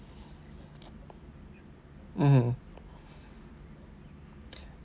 mmhmm